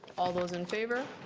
all those in favor?